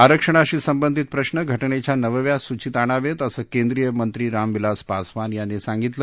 आरक्षणाशी संबंधित प्रश्न घटनेच्या नवव्या सूचीत आणावेत असं केंद्रीय मंत्री रामविलास पासवान यांनी सांगितलं